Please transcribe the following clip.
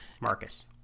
Marcus